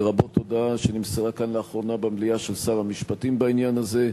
לרבות הודעה שנמסרה כאן לאחרונה במליאה בעניין הזה,